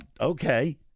okay